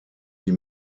die